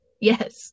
Yes